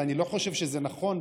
ואני לא חושב שזה נכון,